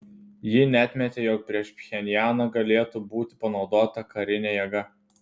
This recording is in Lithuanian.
ji neatmetė jog prieš pchenjaną galėtų būti panaudota karinė jėga